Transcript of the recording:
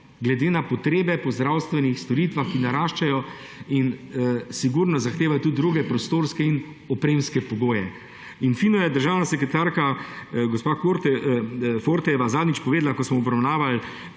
glede na potrebe po zdravstvenih storitvah, ki naraščajo in sigurno zahtevajo tudi druge prostorske in opremske pogoje. In fino je državna sekretarka gospa Forte zadnjič povedala, ko smo obravnavali